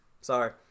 Sorry